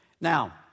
Now